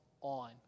on